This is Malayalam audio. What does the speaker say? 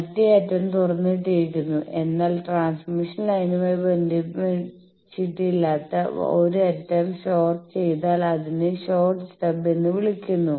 മറ്റേ അറ്റം തുറന്നിട്ടിരിക്കുന്നു എന്നാൽ ട്രാൻസ്മിഷൻ ലൈനുമായി ബന്ധിപ്പിച്ചിട്ടില്ലാത്ത 1 അറ്റം ഷോർട്ട് ചെയ്താൽ അതിനെ ഷോർട്ട് സ്റ്റബ് എന്ന് വിളിക്കുന്നു